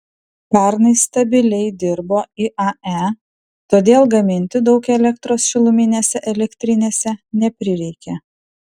pernai stabiliai dirbo iae todėl gaminti daug elektros šiluminėse elektrinėse neprireikė